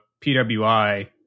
PWI